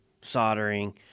soldering